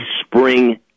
spring